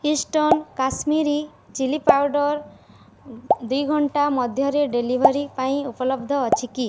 eastern Kashmiri chilli powder ଦୁଇ ଘଣ୍ଟା ମଧ୍ୟରେ ଡେଲିଭରି ପାଇଁ ଉପଲବ୍ଧ ଅଛି କି